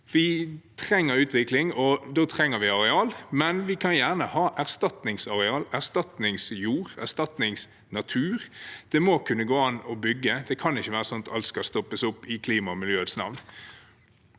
Vi trenger utvikling, og da trenger vi areal, men vi kan gjerne ha erstatningsareal, erstatningsjord og erstatningsnatur. Det må kunne gå an å bygge. Det kan ikke være sånn at alt skal stoppes opp i klimaets og miljøets navn.